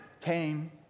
came